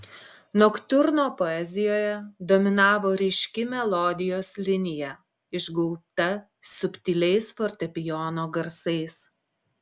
noktiurno poezijoje dominavo ryški melodijos linija išgauta subtiliais fortepijono garsais